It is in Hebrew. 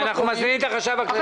כשאנחנו משמשים כשחקנים